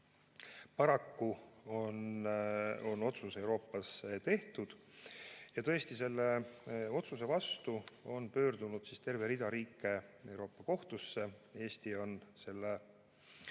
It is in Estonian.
Paraku on otsus Euroopas tehtud. Tõesti, selle otsuse vastu on pöördunud terve rida riike Euroopa Kohtusse. Eesti on selle